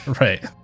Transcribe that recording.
Right